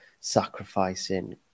sacrificing